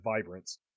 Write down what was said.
vibrance